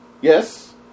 Yes